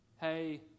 Hey